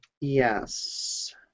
Yes